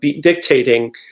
dictating